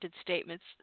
statements